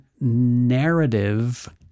narrative